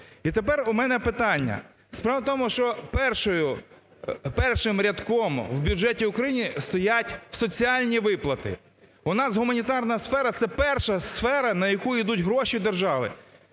І тепер у мене питання. Справа в тому, що першим рядком в бюджеті України стоять соціальні виплати. У нас гуманітарна сфера – це перша сфера, на яку йдуть гроші держави.